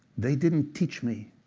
they didn't teach me